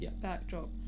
backdrop